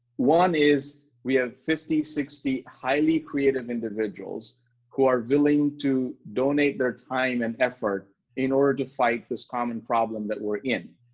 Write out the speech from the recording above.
one is, we have fifty, sixty highly creative individuals who are willing to donate their time and effort in order to fight this common problem that we're in.